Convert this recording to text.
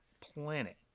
planet